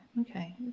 Okay